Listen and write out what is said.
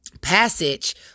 passage